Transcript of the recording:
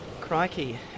Crikey